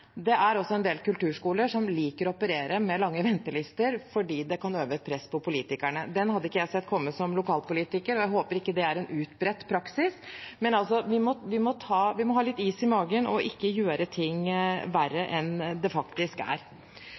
Det er en del kulturskoler som liker å operere med lange ventelister, fordi det kan øve et press på politikerne. Den hadde jeg ikke sett komme som lokalpolitiker. Jeg håper ikke det er en utbredt praksis. Men vi må ha litt is i magen og ikke gjøre ting verre enn de faktisk er.